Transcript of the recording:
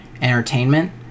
entertainment